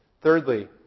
Thirdly